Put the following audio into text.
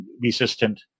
resistant